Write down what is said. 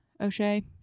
O'Shea